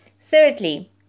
Thirdly